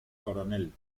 coronel